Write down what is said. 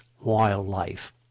wildlife